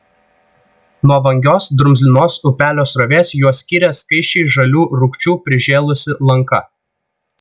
nuo vangios drumzlinos upelio srovės juos skyrė skaisčiai žalių rūgčių prižėlusi lanka